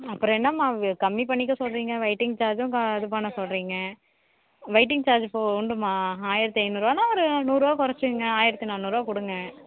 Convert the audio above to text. அப்புறோ என்னமா கம்மி பண்ணிக்க சொல்லுறீங்க வெயிட்டிங் சார்ஜும் இது பண்ண சொல்லுறிங்க வெயிட்டிங் சார்ஜ்க்கு உண்டு மா ஆயிரத்து ஐநூறுரூவானா ஒரு நூறுரூவா குறச்சிங்க ஆயிரத்து நானூறுரூவா கொடுங்க